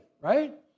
right